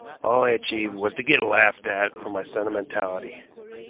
all i achieved was to get laughed at for my sentimentality.